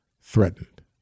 threatened